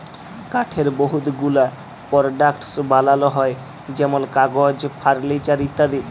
কাঠের বহুত গুলা পরডাক্টস বালাল হ্যয় যেমল কাগজ, ফারলিচার ইত্যাদি